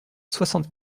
soixante